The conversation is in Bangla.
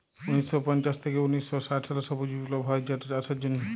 উনিশ শ পঞ্চাশ থ্যাইকে উনিশ শ ষাট সালে সবুজ বিপ্লব হ্যয় যেটচাষের জ্যনহে